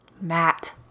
Matt